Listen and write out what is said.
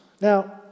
Now